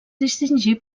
distingí